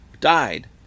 died